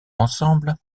ensemble